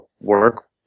work